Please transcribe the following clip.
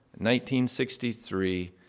1963